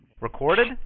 Recorded